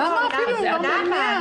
למה?